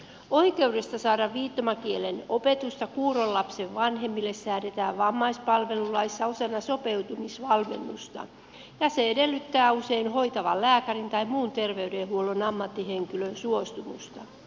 oikeudesta saada viittomakielen opetusta kuuron lapsen vanhemmille säädetään vammaispalvelulaissa osana sopeutumisvalmennusta ja se edellyttää usein hoitavan lääkärin tai muun terveydenhuollon ammattihenkilön suostumusta